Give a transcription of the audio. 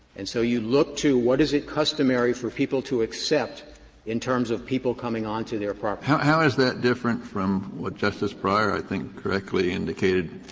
and so you look to what is it customary for people to accept in terms of people coming onto their property. kennedy how is that different from what justice breyer i think correctly indicated,